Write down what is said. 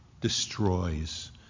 destroys